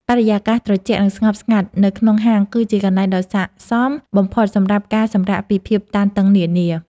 បរិយាកាសត្រជាក់ និងស្ងប់ស្ងាត់នៅក្នុងហាង គឺជាកន្លែងដ៏ស័ក្តិសមបំផុតសម្រាប់ការសម្រាកពីភាពតានតឹងនានា។